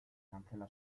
cancela